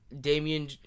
Damian